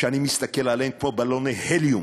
ואני מסתכל עליהם, כמו בלוני הליום,